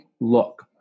look